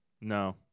No